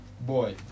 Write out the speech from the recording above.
Boy